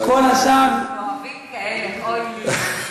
כל השאר, עם אוהבים כאלה, אוי לי.